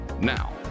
Now